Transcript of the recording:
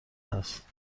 هست